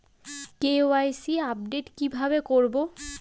KYC update কি ভাবে করবো?